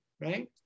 right